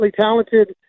talented